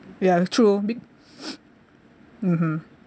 ya true mmhmm